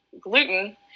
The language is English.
gluten